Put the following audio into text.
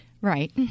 Right